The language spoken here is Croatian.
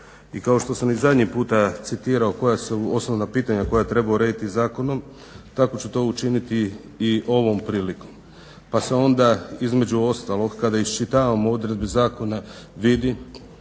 I kao što sam i zadnji puta citirao koja su osnovna pitanja koja treba urediti zakonom tako ću to učiniti i ovom prilikom. Pa se onda između ostalog kada iščitavamo odredbe zakona vidi